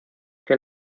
que